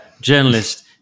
journalist